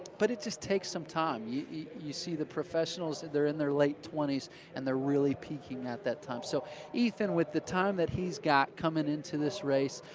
but it just takes some time. you you see the professionals, they're in their late twenty s and they're really peaking at that time. so ethan, with the time that he's got coming into this race,